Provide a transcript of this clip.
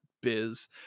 biz